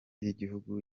y’igihugu